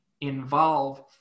involve